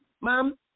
mom